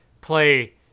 play